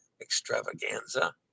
extravaganza